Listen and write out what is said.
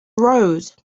road